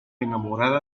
enamorada